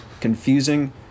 confusing